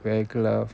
wear glove